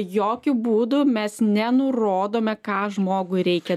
jokiu būdu mes nenurodome ką žmogui reikia